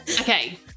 Okay